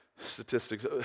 statistics